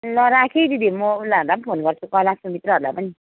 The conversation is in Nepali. ल राखेँ है दिदी म उनीहरलाई पनि फोन गर्छु कला सुमित्राहरूलाई पनि